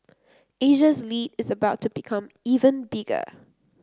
Asia's lead is about to become even bigger